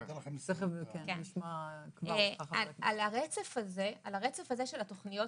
על הרצף הזה של התוכניות,